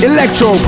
Electro